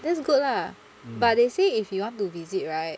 that's good lah but they say if you want to visit right